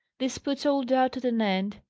this puts all doubt at an end.